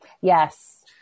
Yes